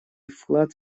вклад